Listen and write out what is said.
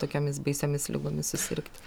tokiomis baisiomis ligomis susirgti